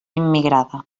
immigrada